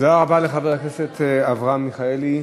תודה רבה לחבר הכנסת אברהם מיכאלי.